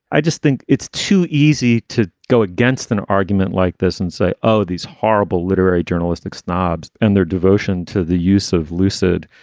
i just think it's too easy to go against an argument like this and say, oh, these horrible literary journalistic snobs and their devotion to the use of lucid,